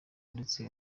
ndetse